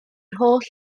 holl